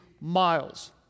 miles